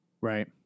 Right